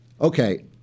Okay